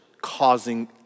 causing